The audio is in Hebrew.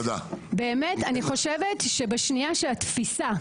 באמת אני חושבת שבעניין של התפיסה,